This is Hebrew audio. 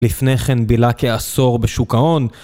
לפני כן בילה כעשור בשוק ההון